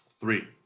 Three